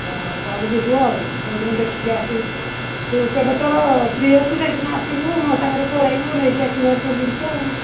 ହଉ ତା'ହେଲେ ଯିବୁ ଆଉ କୋଉଦିନ ଦେଖିକି ଆସିବୁ ତୁ କେବେ ତୋର ଫ୍ରି ଅଛୁ ସେଇଦିନ ଆସିବୁ ମୋ ସାଙ୍ଗରେ ପଳେଇବୁ ନେଇକି ଆସିବୁ ହାରି ତୋର ଜିନିଷ ଆଉ